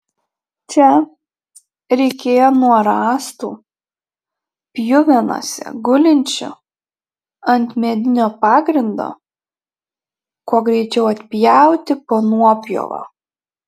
čia reikėjo nuo rąstų pjuvenose gulinčių ant medinio pagrindo kuo greičiau atpjauti po nuopjovą